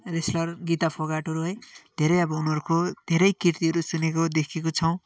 wrestler Geeta फोगाटहरू है धेरै अब उनीहरूरको धेरै किर्तीहरू सुनेको देखेको छौँ